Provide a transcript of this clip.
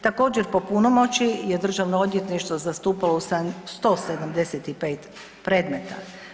Također po punomoći je Državno odvjetništvo zastupalo u 175 predmeta.